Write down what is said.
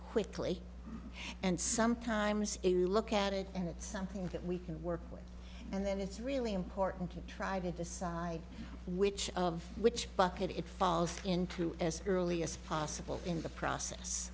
quickly and sometimes you look at it and it's something that we can work with and then it's really important to try to decide which of which bucket it falls into as early as possible in the process